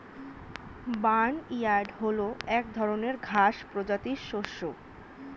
barnyard হল এক ধরনের ঘাস প্রজাতির শস্য